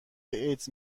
ایدز